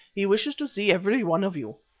he wishes to see every one of you.